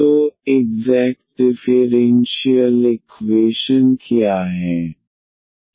तो exact differential equation क्या हैं